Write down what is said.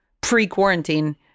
pre-quarantine